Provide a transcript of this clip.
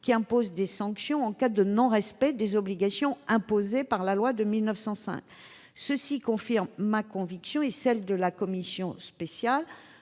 lequel impose des sanctions en cas de non-respect des obligations imposées par la loi de 1905. Cela confirme ma conviction, et celle de la commission spéciale,